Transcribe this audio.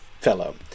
fellow